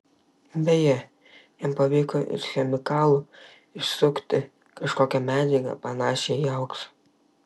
beje jam pavyko iš chemikalų išsunkti kažkokią medžiagą panašią į auksą